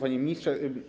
Panie Ministrze!